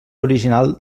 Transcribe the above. original